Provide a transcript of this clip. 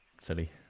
silly